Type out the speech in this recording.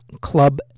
Club